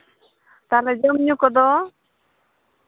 ᱛᱟᱦᱞᱮ ᱡᱚᱢᱼᱧᱩ ᱠᱚᱫᱚ